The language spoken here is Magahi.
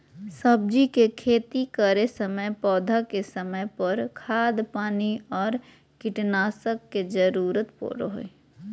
सब्जी के खेती करै समय पौधा के समय पर, खाद पानी और कीटनाशक के जरूरत परो हइ